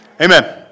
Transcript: Amen